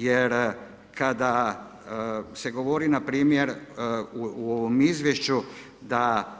Jer kada se govori npr. u ovom izvješću da